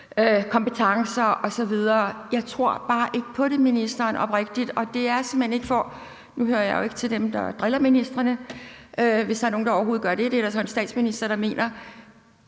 kompetencer osv. Jeg tror bare oprigtigt ikke på det, minister. Nu hører jeg jo ikke til dem, der driller ministrene, hvis der er nogen, der overhovedet gør det – og det er der så en statsminister, der mener